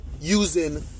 using